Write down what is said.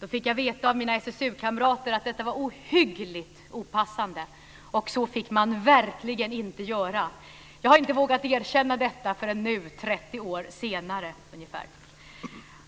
Då fick jag veta av mina SSU-kamrater att detta var ohyggligt opassande, och så fick man verkligen inte göra! Jag har inte vågat erkänna detta förrän nu, 30 år senare.